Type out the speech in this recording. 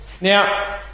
Now